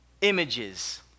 images